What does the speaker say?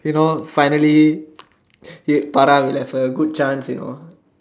you know what finally I would have a good chance you know